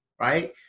right